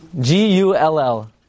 G-U-L-L